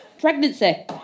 Pregnancy